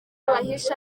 bahisha